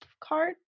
card